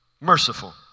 Merciful